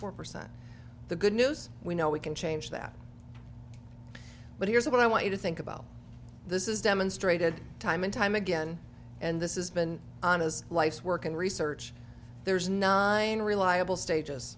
four percent the good news we know we can change that but here's what i want you to think about this is demonstrated time and time again and this is been on as life's work and research there's nine reliable stages